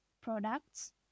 products